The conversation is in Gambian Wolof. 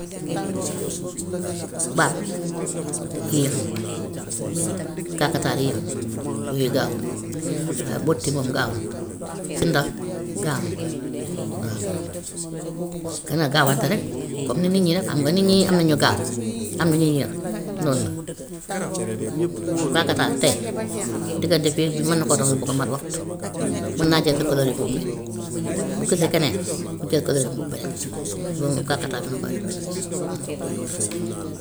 bar yéex na kakataar yéex na, yooyu gaawuñ. Waaye bëtt moom gaaw na, sindax gaaw na waa. Gën a gaawante rek, comme ni nit ñi rek, xam nga nit ñi am na ñu gaaw, am na ñu yéex loolu la. Kakataar tey diggante fii ak fii mën na koo dox lu ko mat waxtu, mën naa jël sa couleur(i) mbub mi, bu gisee keneen mu jël couleur(i) mbub beneen loolu moom kakataar na koy.